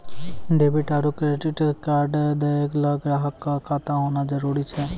debit आरू credit card दैय ल ग्राहक क खाता होना जरूरी छै